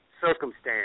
circumstance